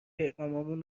پیغامهامون